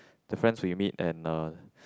the friends we meet and uh